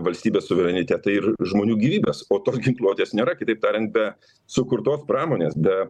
valstybės suverenitetą ir žmonių gyvybes o tos ginkluotės nėra kitaip tariant be sukurtos pramonės be